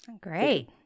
Great